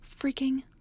freaking